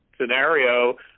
scenario